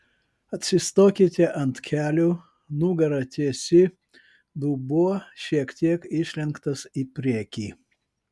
atsistokite ant kelių nugara tiesi dubuo šiek tiek išlenktas į priekį